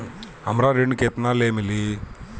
हमरा ऋण केतना ले मिली?